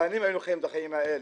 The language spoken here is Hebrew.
שנים היינו חיים את החיים האלה.